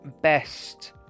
best